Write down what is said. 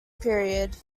period